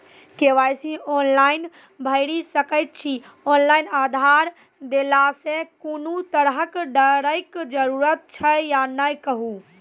KYC online भैरि सकैत छी, ऑनलाइन आधार देलासॅ कुनू तरहक डरैक जरूरत छै या नै कहू?